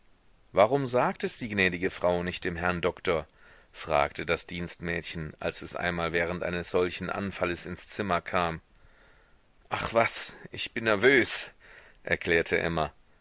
warum sagt es die gnädige frau nicht dem herrn doktor fragte das dienstmädchen als es einmal während eines solchen anfalles ins zimmer kam ach was ich bin nervös erklärte emma